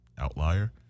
outlier